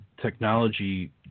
technology